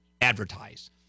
advertise